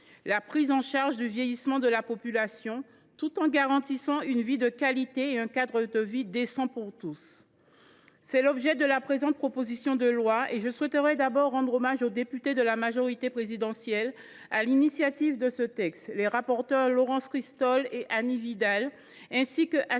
la prise en charge du vieillissement de la population, tout en garantissant une vie de qualité et un cadre de vie décent pour tous. Tel est l’objet de la présente proposition de loi, et je souhaiterais tout d’abord rendre hommage aux députées de la majorité présidentielle qui en sont à l’origine : les rapporteures, Mmes Laurence Cristol et Annie Vidal, ainsi que